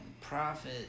profit